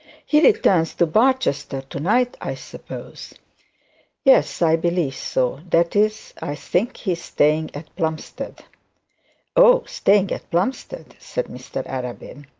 he returns to barchester to-night, i suppose yes, i believe so that is, i think he is staying at plumstead oh, staying at plumstead said mr arabin.